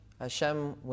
Hashem